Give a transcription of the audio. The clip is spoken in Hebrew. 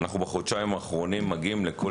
בחודשיים האחרונים אנחנו מגיעים לכל